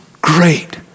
great